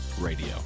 radio